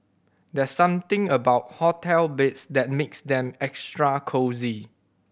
there's something about hotel beds that makes them extra cosy